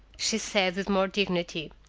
she said with more dignity.